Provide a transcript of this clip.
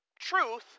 truth